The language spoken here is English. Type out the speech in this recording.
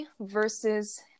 versus